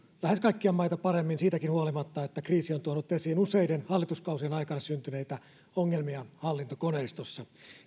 lähes kaikkia maita paremmin siitäkin huolimatta että kriisi on tuonut esiin useiden hallituskausien aikana syntyneitä ongelmia hallintokoneistossa